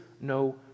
no